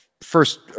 first